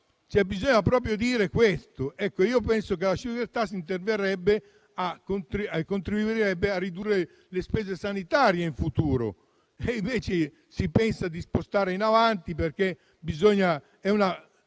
bisogna proprio dire questo: io penso che la *sugar tax* contribuirebbe a ridurre le spese sanitarie in futuro. Invece si pensa di spostarla in avanti, perché è una